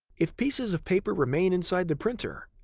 if pieces of paper remain inside the printer,